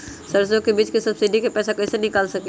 सरसों बीज के सब्सिडी के पैसा कईसे निकाल सकीले?